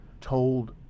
told